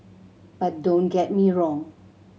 but don't get me wrong